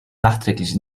nachträglich